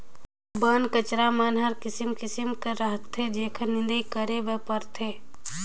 बन कचरा मन हर किसिम किसिम के रहथे जेखर निंदई करे बर परथे